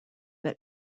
that